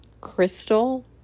Crystal